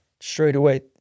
straightaway